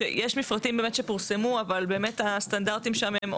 שיש מפרטים שפורסמו אבל באמת הסטנדרטים שם: